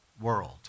world